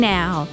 now